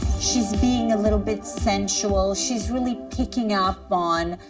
she's being a little bit sensual. she's really picking up on,